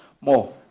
More